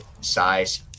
size